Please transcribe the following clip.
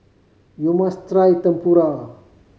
you must try Tempura